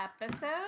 episode